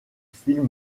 film